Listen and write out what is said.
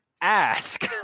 ask